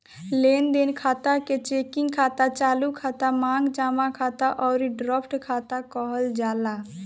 लेनदेन खाता के चेकिंग खाता, चालू खाता, मांग जमा खाता अउरी ड्राफ्ट खाता कहल जाला